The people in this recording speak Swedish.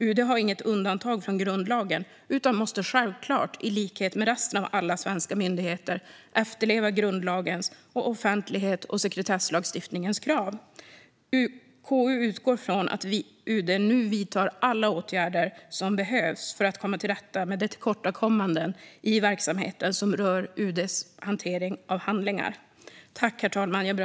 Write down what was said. UD är inte undantaget från grundlagen utan måste i likhet med alla andra svenska myndigheter självklart efterleva grundlagens och offentlighets och sekretesslagstiftningens krav. KU utgår från att UD nu vidtar alla åtgärder som behövs för att komma till rätta med de tillkortakommanden i verksamheten som rör UD:s hantering av handlingar.